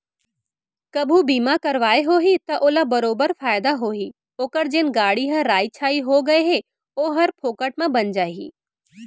कभू बीमा करवाए होही त ओला बरोबर फायदा होही ओकर जेन गाड़ी ह राइ छाई हो गए हे ओहर फोकट म बन जाही